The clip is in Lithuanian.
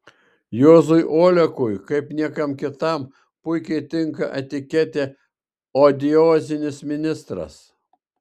juozui olekui kaip niekam kitam puikiai tinka etiketė odiozinis ministras